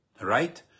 right